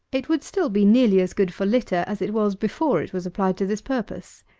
it would still be nearly as good for litter as it was before it was applied to this purpose.